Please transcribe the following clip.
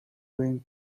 gain